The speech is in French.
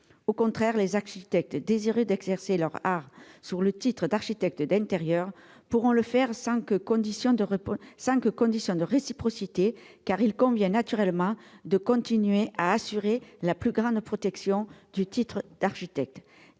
Au contraire, les architectes désireux d'exercer leur art sous le titre d'architecte d'intérieur pourront le faire sans condition de réciprocité, car il convient naturellement de continuer à assurer la plus grande protection du titre d'architecte.